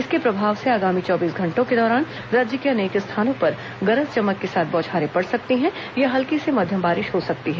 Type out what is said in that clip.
इसके प्रभाव से आगामी चौबीस घंटों के दौरान राज्य के अनेक स्थानों पर गरज चमक के साथ बौछारें पड़ सकती हैं या हल्की से मध्यम बारिश हो सकती है